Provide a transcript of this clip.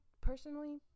personally